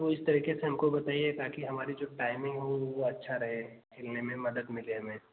तो इस तरीके से हमको बताइए ताकि हमारी जो टाइमिंग हो वह अच्छा रहे खेलने में मदद मिले हमें